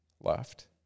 left